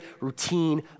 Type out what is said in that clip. routine